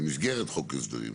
במסגרת חוק ההסדרים,